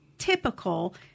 Typical